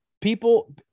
people